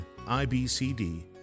IBCD